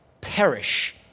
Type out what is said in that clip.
perish